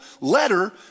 letter